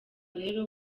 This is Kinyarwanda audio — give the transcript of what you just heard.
rero